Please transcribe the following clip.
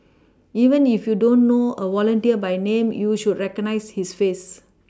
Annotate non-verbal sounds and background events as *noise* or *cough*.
even if you don't know a volunteer by name you should recognise his face *noise*